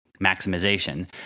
maximization